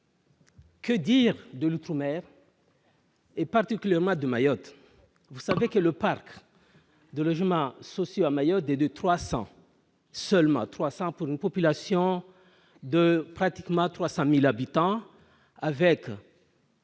Que dire de l'Outre-mer. Et particulièrement de Mayotte, vous savez que le parc de logements sociaux à Mayotte, et de 300 seulement 300 pour une une population de pratiquement 300000 habitants avec.